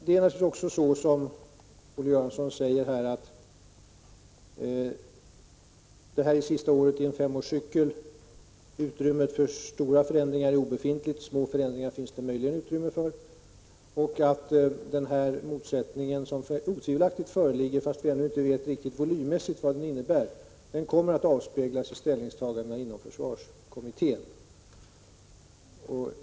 Det är naturligtvis så, som Olle Göransson säger, att detta är sista året i en femårscykel. Utrymmet för stora förändringar är obefintligt, små förändringar finns det möjligen utrymme för. Den motsättning som otvivelaktigt föreligger, fastän vi ännu inte riktigt vet vad den volymmässigt innebär, kommer att avspegla sig i ställningstagandena inom försvarskommittén.